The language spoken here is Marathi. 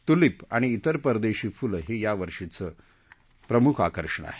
तुलीव आणि तिर परदेशी फुलं हे यावर्षीचं प्रमुख आकर्षण आहे